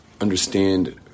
understand